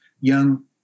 young